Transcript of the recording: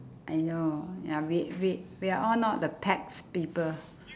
I know ya we we we're all not the pets people